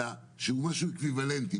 אלא של משהו אקוויוולנטי,